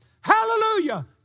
Hallelujah